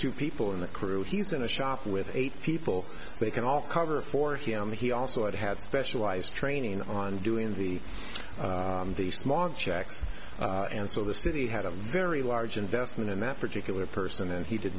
two people in the crew he's in a shop with eight people they can all cover for him he also had had specialized training on doing the smog checks and so the city had a very large investment in that particular person and he did